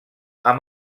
amb